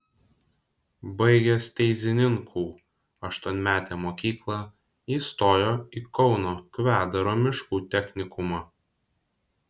baigęs teizininkų aštuonmetę mokyklą įstojo į kauno kvedaro miškų technikumą